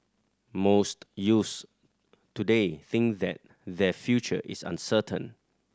most youths today think that their future is uncertain